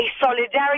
solidarity